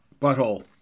Butthole